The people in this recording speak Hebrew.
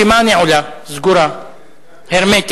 הרשימה נעולה, סגורה הרמטית.